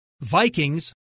Vikings